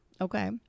Okay